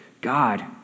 God